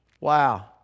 Wow